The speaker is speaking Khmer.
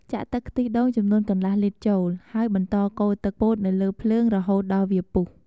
ចាក់ទឹកខ្ទិះដូងចំនួនកន្លះលីត្រចូល ហើយបន្តកូរទឹកពោតនៅលើភ្លើងរហូតដល់វាពុះ។